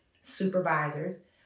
supervisors